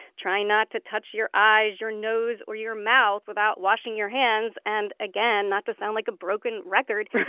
try not to touch your eyes, your nose or your mouth without washing your hands, and again, not to sound like a broken record.